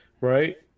right